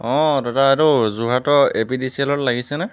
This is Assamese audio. অ' দাদা এইটো যোৰহাটৰ A P D C L ত লাগিছেনে